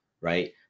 right